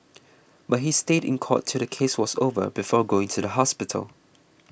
but he stayed in court till the case was over before going to the hospital